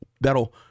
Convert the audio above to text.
that'll—